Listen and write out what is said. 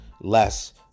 less